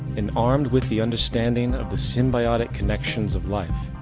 and armed with the understanding of the symbiotic connections of life,